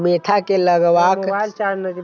Mentha के लगवाक सबसँ अच्छा विधि कोन होयत अछि?